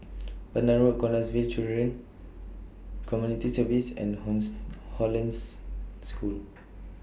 Pandan Road Canossaville Children Community Services and horns Hollandse School